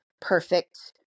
perfect